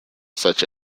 such